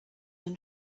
own